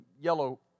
yellow